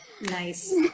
Nice